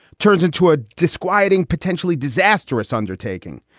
turns into a disquieting, potentially disastrous undertake. and